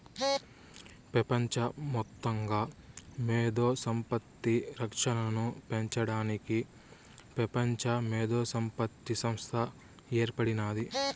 పెపంచ మొత్తంగా మేధో సంపత్తి రక్షనను పెంచడానికి పెపంచ మేధోసంపత్తి సంస్త ఏర్పడినాది